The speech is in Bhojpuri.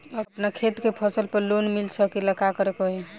अपना खेत के फसल पर लोन मिल सकीएला का करे के होई?